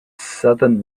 southern